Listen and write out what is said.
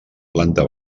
planta